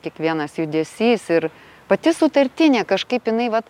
kiekvienas judesys ir pati sutartinė kažkaip jinai vat